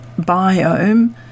biome